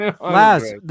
Laz